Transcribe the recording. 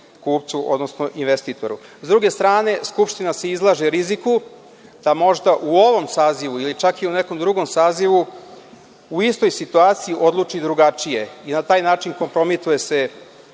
kupcu, odnosno investitoru.S druge strane, Skupština se izlaže riziku, pa možda u ovom sazivu ili čak i u nekom drugom sazivu u istoj situaciji odluči drugačije i na taj način kompromituje se